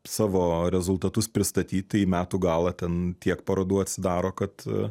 savo rezultatus pristatyti į metų galą ten tiek parodų atsidaro kad